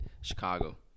Chicago